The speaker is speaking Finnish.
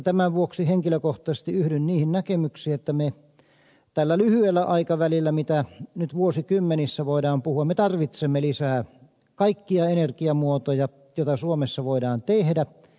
tämän vuoksi henkilökohtaisesti yhdyn niihin näkemyksiin joiden mukaan me tällä lyhyellä aikavälillä mitä nyt vuosikymmenissä voidaan puhua tarvitsemme lisää kaikkia energiamuotoja joita suomessa voidaan tehdä